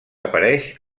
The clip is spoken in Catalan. apareix